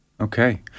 Okay